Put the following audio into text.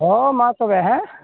ᱦᱳᱭ ᱢᱟ ᱛᱚᱵᱮ ᱦᱮᱸ